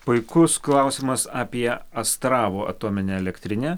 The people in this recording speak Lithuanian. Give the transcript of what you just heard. puikus klausimas apie astravo atominę elektrinę